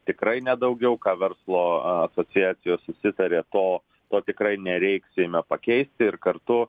tikrai ne daugiau ką verslo asociacijos susitarė to to tikrai nereiks seime pakeisti ir kartu